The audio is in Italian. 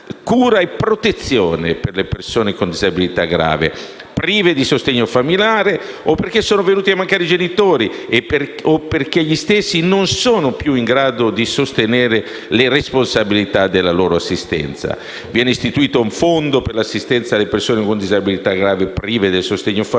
cura e protezione per le persone con disabilità grave, prive di sostegno familiare o perché sono venuti a mancare i genitori o perché gli stessi non sono più in grado di sostenere le responsabilità della loro assistenza. Viene istituito un Fondo per l'assistenza alle persone con disabilità grave prive del sostegno familiare,